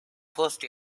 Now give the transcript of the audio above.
first